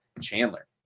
Chandler